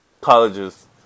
colleges